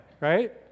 right